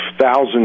thousands